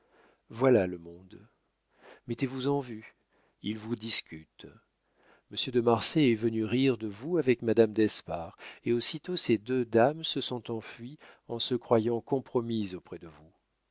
voilà le monde mettez-vous en vue il vous discute monsieur de marsay est venu rire de vous avec madame d'espard et aussitôt ces deux dames se sont enfuies en se croyant compromises auprès de vous